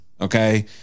okay